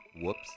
whoops